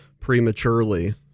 prematurely